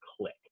click